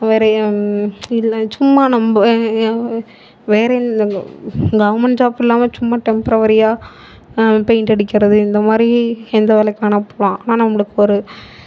வேறு இதில் சும்மா நம்ம வேறு கவுர்மன்ட் ஜாப் இல்லாமல் சும்மா டெம்ப்ரவரியாக பெயிண்ட்டடிக்கிறது இந்த மாதிரி எந்த வேலைக்கு வேணால் போகலாம் ஆனால் நம்மளுக்கு ஒரு